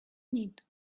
need